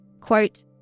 Quote